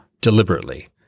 deliberately